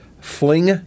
Fling